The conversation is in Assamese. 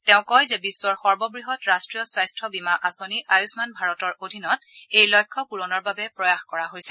তেওঁ কয় যে বিশ্বৰ সৰ্ববৃহৎ ৰাষ্ট্ৰীয় স্বাস্থ্য বীমা আঁচনি আয়ুম্মান ভাৰতৰ অধীনত এই লক্ষ্য পুৰণৰ বাবে প্ৰয়াস কৰা হৈছে